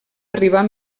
arribar